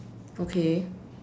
okay